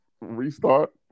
Restart